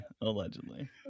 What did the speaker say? allegedly